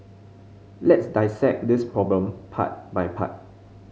let's dissect this problem part by part